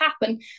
happen